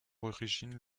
origine